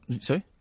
Sorry